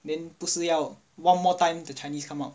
then 不是要 one more time the chinese come out